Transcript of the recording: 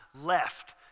left